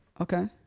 Okay